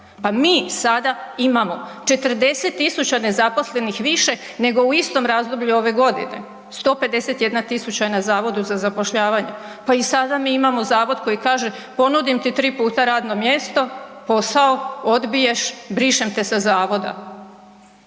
Pa mi sada imamo 40 tisuća nezaposlenih više, nego u istom razdoblju ove godine. 151 tisuća je na Zavodu za zapošljavanje. Pa i sada mi imamo zavod koji kaže – ponudim ti tri puta radno mjesto, posao, odbiješ, brišem te sa zavoda.